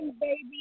baby